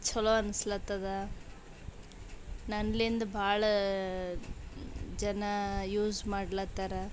ಚಲೋ ಅನಸ್ಲತ್ತದ ನನ್ನಿಂದ ಭಾಳ ಜನ ಯೂಸ್ ಮಾಡ್ಲಾತ್ತಾರ